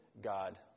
God